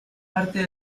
parte